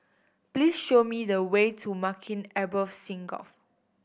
please show me the way to Maghain Aboth Synagogue